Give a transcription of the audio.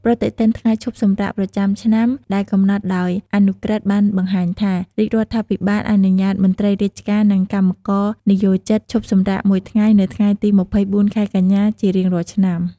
ប្រតិទិនថ្ងៃឈប់សម្រាកប្រចាំឆ្នាំដែលកំណត់ដោយអនុក្រឹត្យបានបង្ហាញថា រាជរដ្ឋាភិបាលអនុញ្ញាតមន្ត្រីរាជការនិងកម្មករនិយោជិតឈប់សម្រាកមួយថ្ងៃនៅថ្ងៃទី២៤ ខែកញ្ញា ជារៀងរាល់ឆ្នាំ។